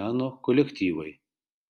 meno kolektyvai